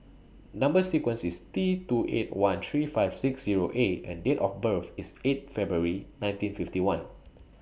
Number sequence IS T two eight one three five six Zero A and Date of birth IS eight February nineteen fifty one